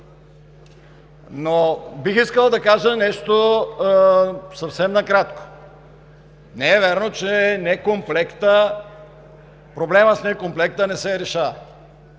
но бих искал да кажа още нещо съвсем накратко. Не е вярно, че проблемът с некомплекта не се решава.